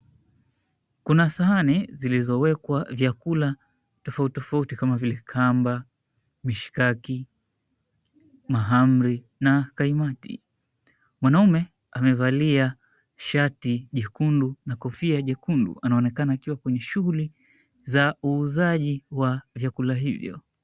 Kuna sahani zilizowekwa vyakula tofauti tofauti kama vile kamba, mishkaki, mahamri na kaimati. Mwanaume amevalia shati jekundu na kofia jekundu, anaonekana akiwa kwenye shughuli za uuzaji wa vyakula hivyo.